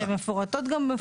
שהם מפורטים גם בחוק.